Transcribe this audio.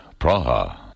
Praha